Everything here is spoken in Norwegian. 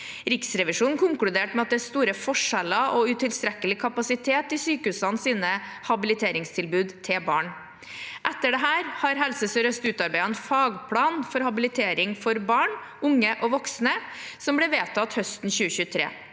Riksrevisjonen konkluderte med at det er store forskjeller og utilstrekkelig kapasitet i sykehusenes habiliteringstilbud til barn. Etter dette har Helse sør-øst utarbeidet en fagplan for habilitering for barn, unge og voksne. Den ble vedtatt høsten 2023.